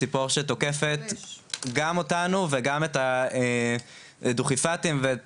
ציפור שתוקפת גם אותנו וגם את הדוכיפת ואת